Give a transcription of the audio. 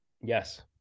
Yes